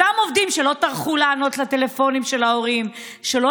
אותם עובדים שלא טרחו לענות על הטלפונים של ההורים שלא